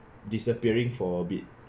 disappearing for a bit